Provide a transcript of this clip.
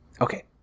okay